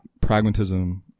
pragmatism